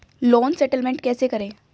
Loan settlement कैसे करें?